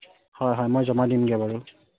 হয় হয় মই জমা দিমগৈ বাৰু